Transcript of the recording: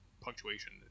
punctuation